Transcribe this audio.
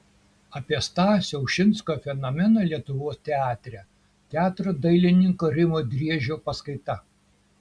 apie stasio ušinsko fenomeną lietuvos teatre teatro dailininko rimo driežio paskaita